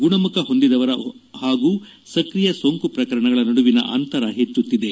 ಗುಣಮುಖ ಹೊಂದಿದವರ ಹಾಗೂ ಸಕ್ರಿಯ ಸೋಂಕು ಪ್ರಕರಣಗಳ ನಡುವಿನ ಅಂತರ ಹೆಚ್ಚುತ್ತಿದೆ